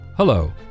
Hello